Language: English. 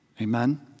Amen